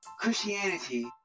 Christianity